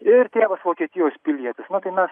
ir tėvas vokietijos pilietis na tai mes